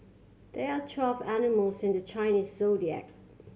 there are twelve animals in the Chinese Zodiac